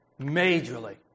Majorly